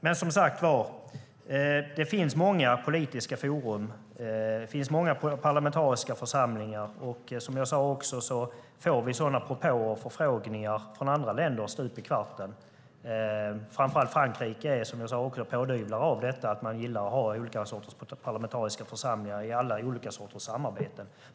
Det finns som sagt många politiska forum och parlamentariska församlingar, och som jag sade får vi sådana propåer och förfrågningar från andra länder stup i kvarten. Framför allt Frankrike är, som jag sade, en pådyvlare av detta. Man gillar att ha olika sorters parlamentariska församlingar i alla olika sorters samarbeten.